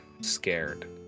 scared